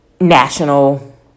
national